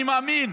אני מאמין